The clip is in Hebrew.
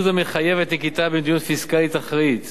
מציאות זו מחייבת נקיטת מדיניות פיסקלית אחראית,